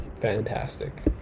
fantastic